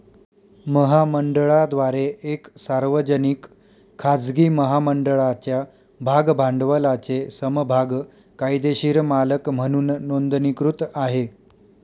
महामंडळाद्वारे एक सार्वजनिक, खाजगी महामंडळाच्या भाग भांडवलाचे समभाग कायदेशीर मालक म्हणून नोंदणीकृत आहे